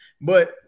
But-